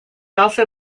also